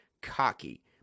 cocky